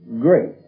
great